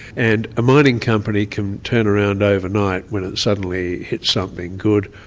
and a mining company can turn around overnight when it suddenly hits something good,